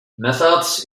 methods